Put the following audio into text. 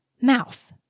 Mouth